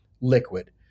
liquid